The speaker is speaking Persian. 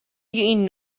این